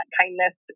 kindness